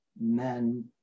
men